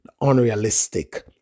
Unrealistic